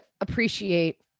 appreciate